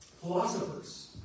philosophers